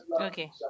Okay